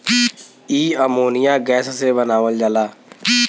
इ ammonia gas से बनावल जाला